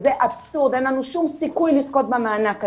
אין לנו שום סיכוי לזכות במענק הזה.